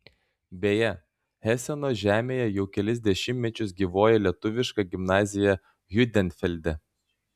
beje heseno žemėje jau kelis dešimtmečius gyvuoja lietuviška gimnazija hiutenfelde